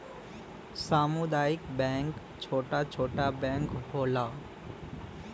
सामुदायिक बैंक छोटा छोटा बैंक होला